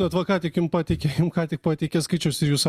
bet va ką tik jum pateikė jum ką tik pateikė skaičius ir jūs sakot